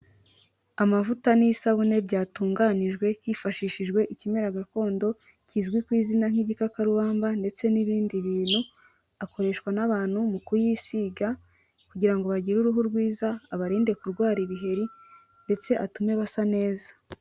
Amavuta n'isabune byatunganijwe hifashishijwe ikimera gakondo kizwi ku izina nk'igikakarubamba ndetse n'ibindi bintu, akoreshwa n'abantu mu kuyisiga kugira ngo bagire uruhu rwiza, abarinde kurwara ibiheri ndetse atume basa neza.